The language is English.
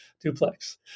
duplex